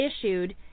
issued